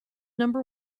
number